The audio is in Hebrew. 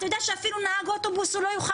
אתה יודע שהוא אפילו לא יוכל להיות נהג אוטובוס בעתיד?